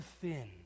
thin